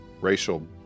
racial